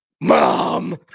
Mom